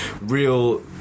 real